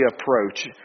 approach